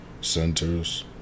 centers